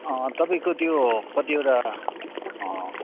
तपाईँको त्यो कतिओटा